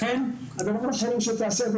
לכן הדבר האחרון שתעשה,